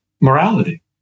morality